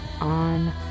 on